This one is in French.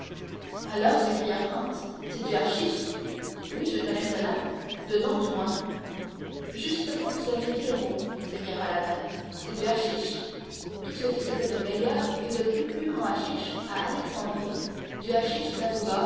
alors s'écria franz c'est du hachisch oui je connais cela de nom du moins justement vous avez dit le mot seigneur aladin c'est du hachisch tout ce qui se fait de meilleur et de plus pur en hachisch à alexandrie du